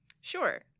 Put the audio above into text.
Sure